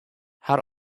har